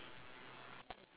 eh yours is next the ice